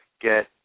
get